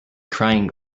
crying